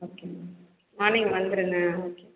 ஓகேமா மார்னிங் வந்துடுங்க ஓகே